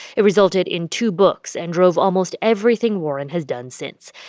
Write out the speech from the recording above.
it resulted in two books and drove almost everything warren has done since.